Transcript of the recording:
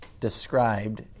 described